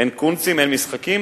אין קונצים, אין משחקים,